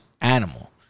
animal